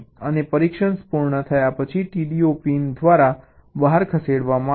અને પરિક્ષણ પૂર્ણ થયા પછી TDO પિન દ્વારા બહાર ખસેડવામાં આવશે